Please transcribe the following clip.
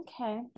okay